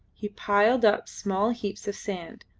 he piled up small heaps of sand,